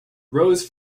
rose